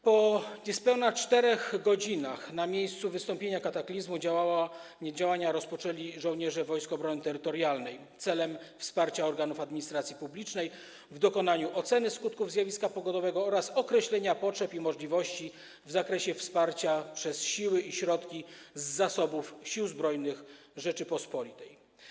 Po niespełna 4 godzinach na miejscu wystąpienia kataklizmu działania rozpoczęli żołnierze Wojsk Obrony Terytorialnej celem wsparcia organów administracji publicznej w dokonaniu oceny skutków zjawiska pogodowego oraz określenia potrzeb i możliwości w zakresie wsparcia przez siły i środki z zasobów Sił Zbrojnych Rzeczypospolitej.